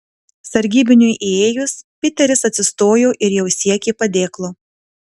sargybiniui įėjus piteris atsistojo ir jau siekė padėklo